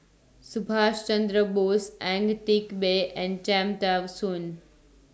Subhas Chandra Bose Ang Teck Bee and Cham Tao Soon